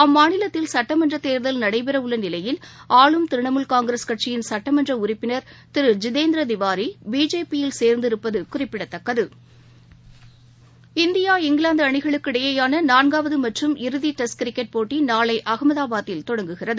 அம்மாநிலத்தில் சுட்டமன்ற தேர்தல் நடைபெற உள்ள நிவையில் ஆளும் திரிணமூல் காங்கிரஸ் கட்சியின் சட்டமன்ற உறுப்பினர் திரு ஜிதேந்திர திவாரி பிஜேபி யில் சேர்ந்திருப்பது குறிப்பிடத்தக்கது இந்தியா இங்கிலாந்து அணிகளுக்கு இடையேயான நான்காவது மற்றும் இறுதி டெஸ்ட் கிரிக்கெட் போட்டி நாளை அகமதாபாத்தில் தொடங்குகிறது